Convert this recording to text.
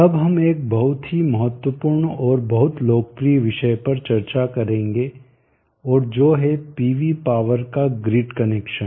अब हम एक बहुत ही महत्वपूर्ण और बहुत लोकप्रिय विषय पर चर्चा करेंगे और जो है पीवी पावर का ग्रिड कनेक्शन